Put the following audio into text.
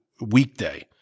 weekday